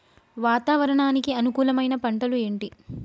వాతావరణానికి అనుకూలమైన పంటలు ఏంటి?